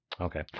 Okay